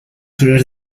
horas